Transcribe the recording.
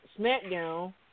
SmackDown